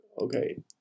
Okay